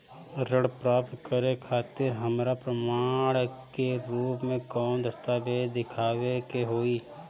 ऋण प्राप्त करे खातिर हमरा प्रमाण के रूप में कौन दस्तावेज़ दिखावे के होई?